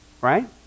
Right